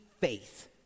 faith